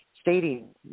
stating